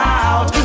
out